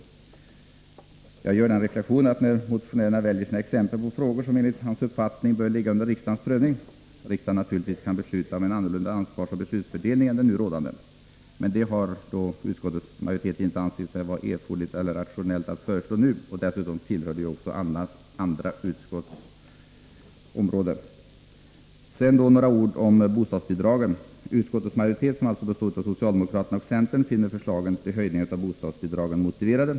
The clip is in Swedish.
Jag vill göra denna reflexion: Motionären väljer sina exempel på frågor som enligt hans uppfattning bör ligga under riksdagens prövning, och naturligtvis kan riksdagen besluta om en annorlunda ansvarsoch beslutsfördelning än den nu rådande. Men utskottets majoritet har inte ansett det vare sig erforderligt eller rationellt att föreslå detta nu, och dessutom tillhör frågan också andra utskottsområden. Sedan några ord om bostadsbidragen. Utskottets majoritet, som alltså består av socialdemokrater och centerpartister, finner förslagen till höjningar av bostadsbidragen motiverade.